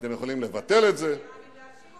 אתם יכולים לבטל את זה, האירנים,